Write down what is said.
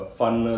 fun